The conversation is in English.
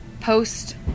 post-